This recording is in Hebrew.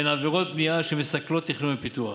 עבירות הבנייה שמסכלות תכנון ופיתוח.